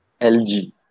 LG